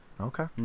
Okay